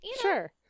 Sure